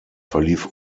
verlief